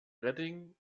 reding